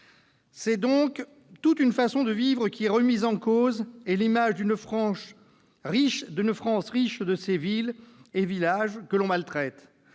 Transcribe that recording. C'est donc une façon de vivre qui est remise en cause et l'image d'une France riche de ses villes et de ses villages que l'on maltraite.